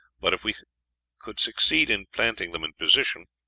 but if we could succeed in planting them in position,